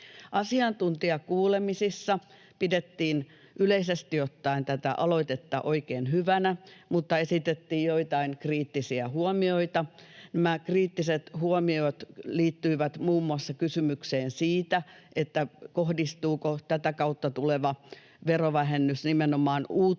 Asiantuntijakuulemisissa pidettiin yleisesti ottaen tätä aloitetta oikein hyvänä mutta esitettiin joitain kriittisiä huomioita. Nämä kriittiset huomiot liittyivät muun muassa kysymykseen siitä, kohdistuuko tätä kautta tuleva verovähennys nimenomaan uuteen